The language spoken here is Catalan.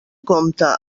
compta